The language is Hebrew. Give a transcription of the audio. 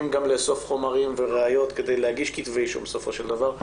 גם לאסוף חומרים וראיות כדי להגיש כתבי אישום בסופו של דבר,